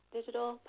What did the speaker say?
Digital